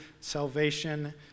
salvation